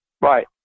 Right